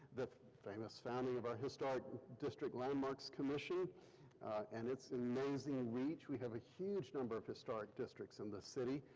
the famous founding of our historic district landmarks commission and its amazing reach. we have a huge number of historic districts in the city.